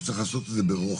אז צריך לעשות את זה ברוחב.